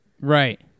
Right